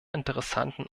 interessanten